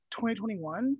2021